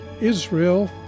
Israel